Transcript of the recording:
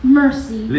mercy